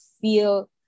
feel